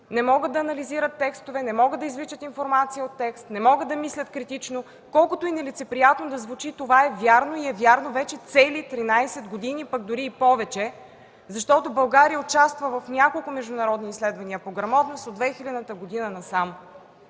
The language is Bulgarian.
не могат да анализират текстове, не могат да извличат информация от тях, не могат да мислят критично. Колкото и нелицеприятно да звучи, това е вярно и е вярно вече цели 13 години, пък дори и повече, защото България участва в няколко международни изследвания по грамотност от 2000 г. насам.